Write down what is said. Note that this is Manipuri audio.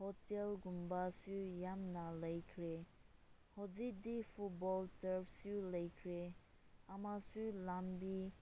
ꯍꯣꯇꯦꯜꯒꯨꯝꯕꯁꯨ ꯌꯥꯝꯅ ꯂꯩꯈ꯭ꯔꯦ ꯍꯧꯖꯤꯛꯇꯤ ꯐꯨꯠꯕꯣꯜ ꯇꯔꯞꯁꯨ ꯂꯩꯈ꯭ꯔꯦ ꯑꯃꯁꯨꯡ ꯂꯝꯕꯤ